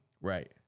Right